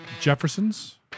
Jefferson's